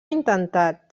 intentat